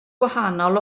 gwahanol